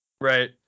Right